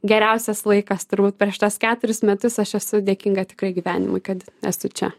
geriausias laikas turbūt per šituos keturis metus aš esu dėkinga tikrai gyvenimui kad esu čia